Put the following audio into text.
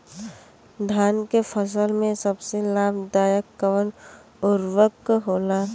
धान के फसल में सबसे लाभ दायक कवन उर्वरक होला?